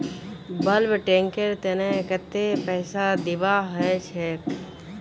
bulk tanker तने कत्ते पैसा दीबा ह छेक